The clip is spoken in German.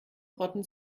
rotten